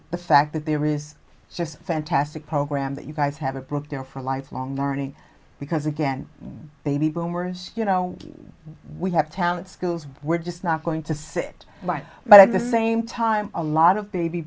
the fact that there is just fantastic program that you guys have a book there for lifelong learning because again baby boomers you know we have talent schools we're just not going to sit by but at the same time a lot of baby